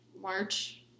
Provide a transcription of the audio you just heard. March